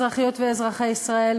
אזרחיות ואזרחי ישראל,